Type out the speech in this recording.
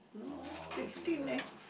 no more already lah